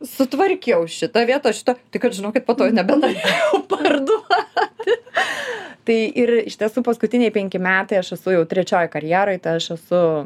sutvarkiau šitą vietoj šito tai kad žinokit po to jau nebenorėjau parduoti tai ir iš tiesų paskutiniai penki metai aš esu jau trečioj karjeroj tai aš esu